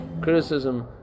criticism